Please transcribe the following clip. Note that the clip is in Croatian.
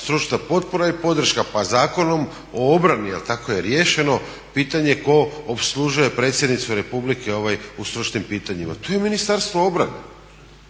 stručna potpora i podrška. Pa Zakonom o obrani jer tako je rješenje pitanje tko opslužuje predsjednicu Republike u stručnim pitanjima. To je Ministarstvo obrane